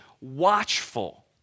watchful